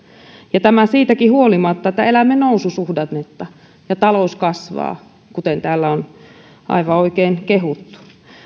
ja tämä siitäkin huolimatta että elämme noususuhdannetta ja talous kasvaa kuten täällä on aivan oikein kehuttu